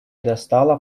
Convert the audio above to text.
достала